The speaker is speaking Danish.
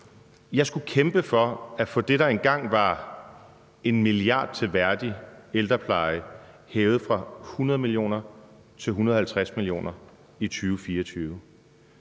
Jeg skulle kæmpe for at få det, der engang var 1 mia. kr. til en værdig ældrepleje, hævet fra 100 mio. kr. til 150 mio. kr. i 2024.